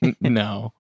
No